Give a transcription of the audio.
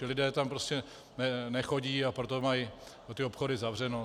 Ti lidé tam prostě nechodí, a proto mají ty obchody zavřeno.